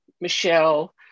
Michelle